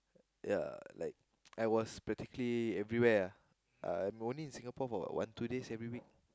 ya like I was practically everywhere lah I'm only in Singapore for like one two days every week